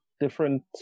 different